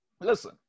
Listen